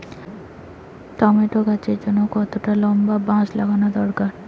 Tomato গাছের জন্যে কতটা লম্বা বাস লাগানো দরকার?